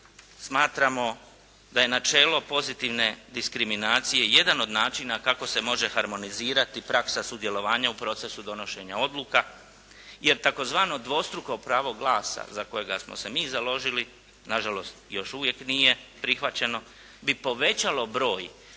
smatramo da je načelo pozitivne diskriminacije jedan od načina kako se može harmonizirati praksa sudjelovanja u procesu donošenja odluka. Jer tzv. dvostruko pravo glasa za kojega smo se mi založili, nažalost još uvijek nije prihvaćeno bi povećalo broj